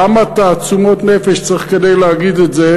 כמה תעצומות נפש צריך כדי להגיד את זה,